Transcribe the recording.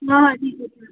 हां हां ठीक आहे ठीक आहे हां